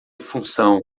função